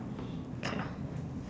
ya